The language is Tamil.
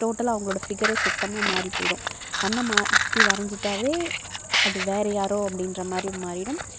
டோட்டலாக அவங்களோட ஃபிகரே சுத்தமாக மாறி போய்விடும் கண்ணை மாற்றி வரைஞ்சிட்டாவே அது வேறு யாரோ அப்படின்ற மாதிரி மாறிவிடும்